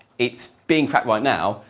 it's being cracked right now,